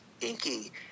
inky